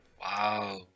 wow